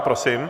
Prosím.